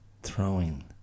throwing